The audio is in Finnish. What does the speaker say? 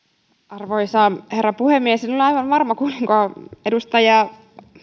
arvoisa herra puhemies en ole aivan varma kuulinko edustaja